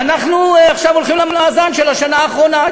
ואנחנו עכשיו הולכים למאזן של השנה האחרונה.